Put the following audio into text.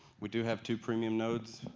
we do have two premium nodes.